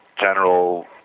general